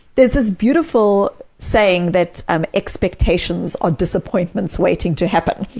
there's this beautiful saying that um expectations are disappointments waiting to happen.